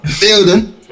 building